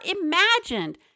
imagined